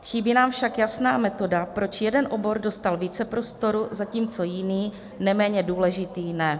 Chybí nám však jasná metoda, proč jeden obor dostal více prostoru, zatímco jiný, neméně důležitý, ne.